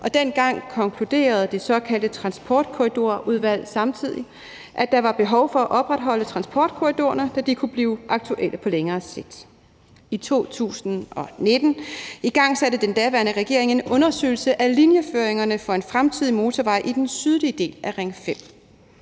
og dengang konkluderede det såkaldte transportkorridorudvalg samtidig, at der var behov for at opretholde transportkorridorerne, fordi de kunne blive aktuelle på længere sigt. I 2019 igangsatte den daværende regering en undersøgelse af linjeføringerne for en fremtidig motorvej i den sydlige del af Ring 5.